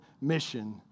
mission